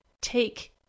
take